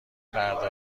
پرده